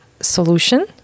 solution